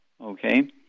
okay